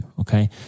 okay